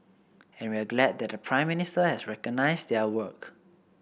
and we're glad that the Prime Minister has recognised their work